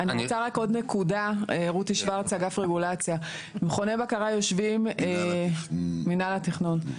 רותי שוורץ אגף רגולציה מנהל התכנון.